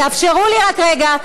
תאפשרו לי רק רגע.